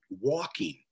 walking